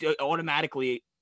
automatically